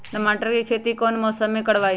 टमाटर की खेती कौन मौसम में करवाई?